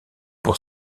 pour